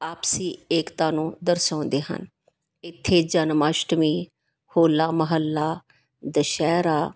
ਆਪਸੀ ਏਕਤਾ ਨੂੰ ਦਰਸਾਉਂਦੇ ਹਨ ਇੱਥੇ ਜਨਮਸ਼ਟਮੀ ਹੋਲਾ ਮਹੱਲਾ ਦੁਸਹਿਰਾ